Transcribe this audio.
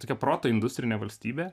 tokia proto industrinė valstybė